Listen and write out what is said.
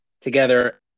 together